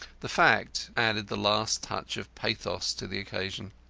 the fact added the last touch of pathos to the occasion.